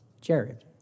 Jared